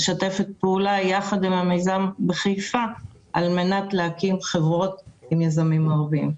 משתפת פעולה יחד עם המיזם בחיפה על מנת להקים חברות עם יזמים מעורבים.